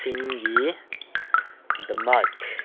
ꯁꯤꯡꯒꯤꯗꯃꯛ